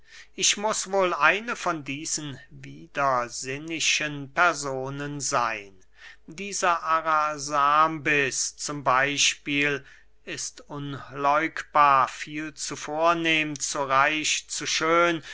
ich muß wohl eine von diesen widersinnischen personen seyn dieser arasambes zum beyspiel ist unleugbar viel zu vornehm zu reich zu schön